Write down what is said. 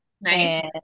nice